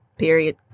Period